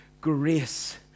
grace